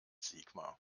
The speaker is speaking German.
sigmar